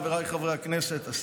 חבריי חברי הכנסת,